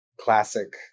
classic